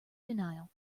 denial